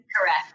Correct